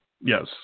Yes